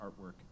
artwork